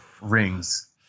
rings